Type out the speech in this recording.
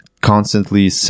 constantly